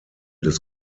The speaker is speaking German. des